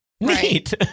neat